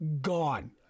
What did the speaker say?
gone